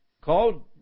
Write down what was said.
called